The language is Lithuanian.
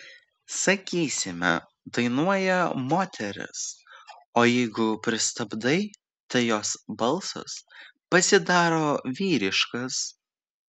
sakysime dainuoja moteris o jeigu pristabdai tai jos balsas pasidaro vyriškas